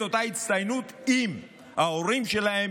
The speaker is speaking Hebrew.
את אותה הצטיינות, אם ההורים שלהם